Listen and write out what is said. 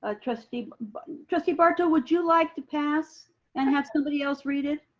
ah trustee but trustee barto would you like to pass and have somebody else read it?